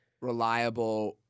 reliable—